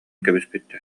кэбиспиттэр